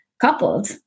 coupled